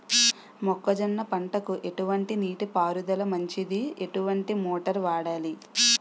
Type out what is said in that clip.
మొక్కజొన్న పంటకు ఎటువంటి నీటి పారుదల మంచిది? ఎటువంటి మోటార్ వాడాలి?